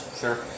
Sure